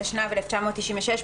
התשנ"ו 996 ,